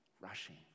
rushing